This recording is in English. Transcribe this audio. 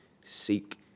seek